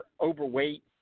overweight